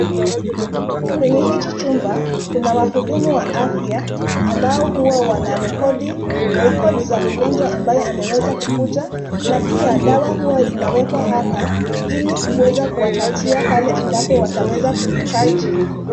Kwenye hichi chumba, kuna wahudumu wa afya ambao huwa wanarekodi records za mgonjwa ambaye ameweza kukuja na pia dawa huwa zinawekwa hapa ili kuweza kuwapatia wale ambao wataweza kuhitaji.